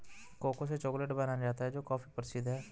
cocoa से chocolate बनाया जाता है जो काफी प्रसिद्ध है